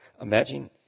Imagine